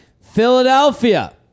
Philadelphia